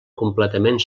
completament